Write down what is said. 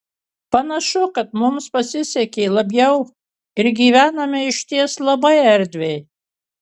panašu kad mums pasisekė labiau ir gyvename išties labai erdviai